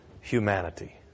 humanity